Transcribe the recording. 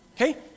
Okay